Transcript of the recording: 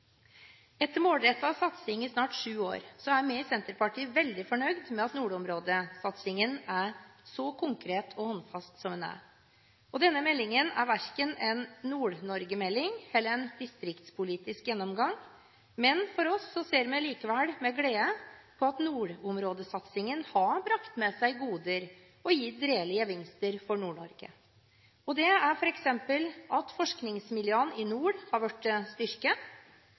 Etter målrettet satsing i snart sju år er vi i Senterpartiet veldig fornøyd med at nordområdesatsingen er så konkret og håndfast som den er. Denne meldingen er verken en Nord-Norge-melding eller en distriktspolitisk gjennomgang. Likevel ser vi med glede på at nordområdesatsingen har brakt med seg goder og gitt reelle gevinster for Nord-Norge, f.eks. at forskningsmiljøene i nord har blitt styrket, og at Forsvaret har flyttet sitt tyngdepunkt nordover. Delelinjeavtalen har vært